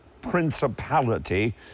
principality